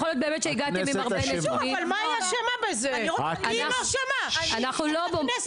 << יור >> פנינה תמנו